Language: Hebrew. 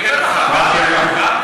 אתה בדרך כלל מבטיח ומקיים,